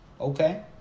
Okay